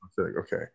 okay